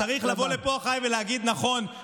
כי אתה צריך לבוא לפה אחריי ולהגיד: נכון,